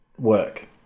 work